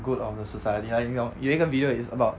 good of the society like 你懂有一个 video is about